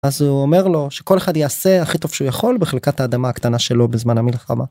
אז הוא אומר לו שכל אחד יעשה הכי טוב שהוא יכול בחלקת האדמה הקטנה שלו בזמן המלחמה.